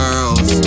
Girls